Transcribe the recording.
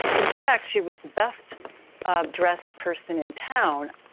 in fact, she was the best dressed person in town.